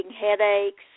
headaches